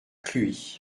cluis